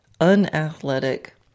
unathletic